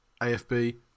AFB